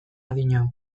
adina